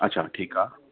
अछा ठीकु आहे